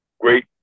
great